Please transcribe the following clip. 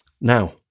Now